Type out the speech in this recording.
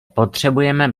potřebujeme